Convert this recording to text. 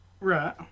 Right